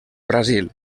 brasil